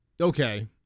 Okay